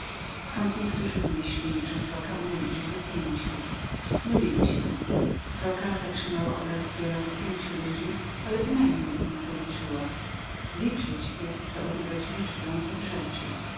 ztąd strzelcy wnieśli że sroka umiała tylko liczyć do pięciu mylili się sroka zatrzymała obraz zbiorowy pięciu ludzi ale bynajmniej ich nie policzyła rachować jest to odrywać liczbę od rzeczy